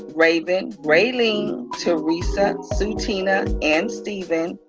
raven, raylene, theresa, sutina and steven.